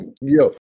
Yo